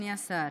אדוני השר,